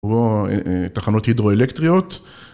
תחנות הידרואלקטריות.